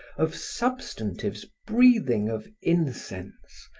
of substantives breathing of incense,